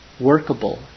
workable